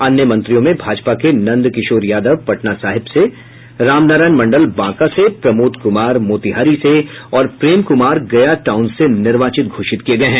अन्य मंत्रियों में भाजपा के नंद किशोर यादव पटना सहिब से राम नारायण मंडल बांका से प्रमोद कुमार मोतिहारी से और प्रेम कुमार गया टाउन से निर्वाचित घोषित किये गये हैं